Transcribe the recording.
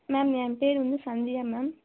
ma'am என் பேரு வந்து சந்தியா மேம்